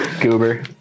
Goober